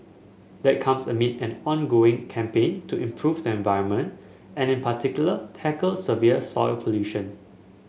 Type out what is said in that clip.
that comes amid and ongoing campaign to improve the environment and in particular tackle severe soil pollution